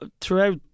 throughout